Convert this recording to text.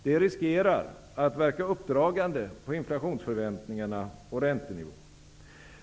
Det riskerar att verka uppdragande på inflationsförväntningarna och räntenivån.